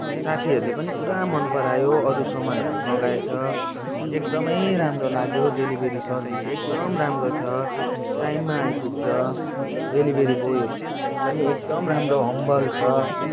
साथीहरूले पनि पुरा मनपरायो अरू सामानहरू मगाएछ एकदमै राम्रो लाग्यो डेलिभरी सर्भिस एकदम राम्रो छ टाइममा आइपुग्छ डेलिभरी बोय पनि एकदम राम्रो हम्बल छ